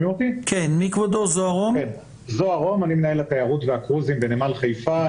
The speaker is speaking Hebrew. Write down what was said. אני מנהל התיירות והקרוזים בנמל חיפה.